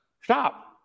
Stop